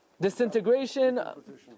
Disintegration